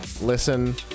Listen